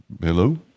Hello